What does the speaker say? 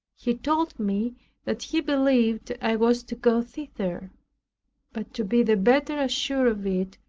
he told me that he believed i was to go thither but to be the better assured of it,